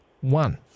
one